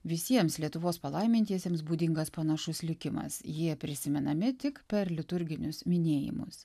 visiems lietuvos palaimintiesiems būdingas panašus likimas jie prisimenami tik per liturginius minėjimus